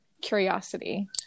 curiosity